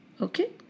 okay